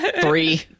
Three